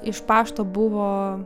iš pašto buvo